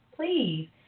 please